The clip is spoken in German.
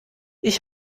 ich